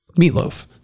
meatloaf